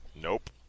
Nope